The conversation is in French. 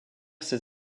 ses